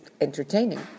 Entertaining